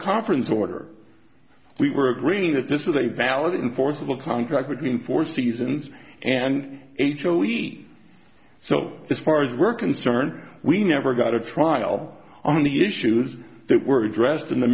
conference order we were agreeing that this is a valid and forcible contract between four seasons and h o e so as far as we're concerned we never got to trial on the issues that were addressed in the